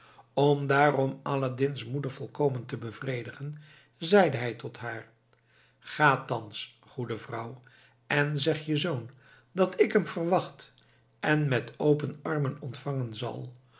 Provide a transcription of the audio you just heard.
om daarom aladdin's moeder volkomen te bevredigen zeide hij tot haar ga thans goede vrouw en zeg je zoon dat ik hem verwacht en met open armen ontvangen zal